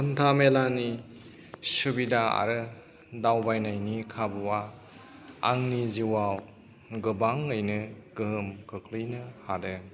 हान्थामेलानि सुबिदा आरो दावबायनायनि खाबुवा आंनि जिउआव गोबाङैनो गोहोम खोख्लैनो हादों